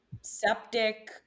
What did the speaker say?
septic